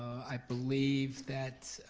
i believe that